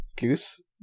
goose